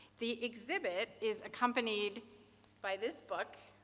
the exhibit is accompanied by this book,